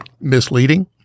misleading